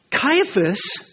Caiaphas